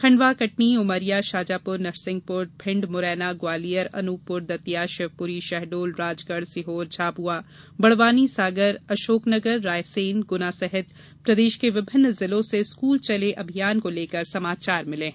खण्डवा कटनी उमरिया शाजापुर नरसिंहपुर भिण्ड मुरैना ग्वालियर अनूपपुरदतिया शिवपुरी शहडोल राजगढ़ सीहोर झाबुआ बड़वानी सागर अर्शोकनगर रायसेन गुना सहित प्रदेश के विभिन्न जिलों से स्कूल चले अभियान को लेकर समाचार मिले हैं